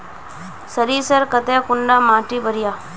सरीसर केते कुंडा माटी बढ़िया?